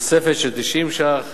תוספת של כ-90 ש"ח